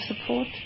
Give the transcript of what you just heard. support